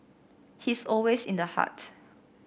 he's always in the heart